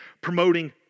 promoting